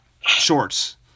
Shorts